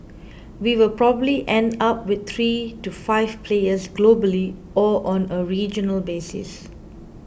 we will probably end up with three to five players globally or on a regional basis